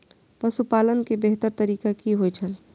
पशुपालन के बेहतर तरीका की होय छल?